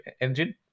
engine